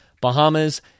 Bahamas